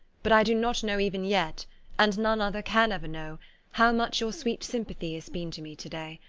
but i do not know even yet and none other can ever know how much your sweet sympathy has been to me to-day.